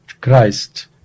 Christ